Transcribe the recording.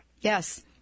Yes